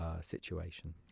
situation